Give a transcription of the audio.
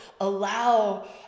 allow